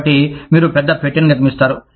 కాబట్టి మీరు పెద్ద పెట్టెను నిర్మిస్తారు